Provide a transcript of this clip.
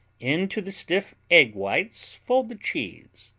into the stiff egg whites fold the cheese,